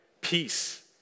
peace